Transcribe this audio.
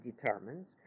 determines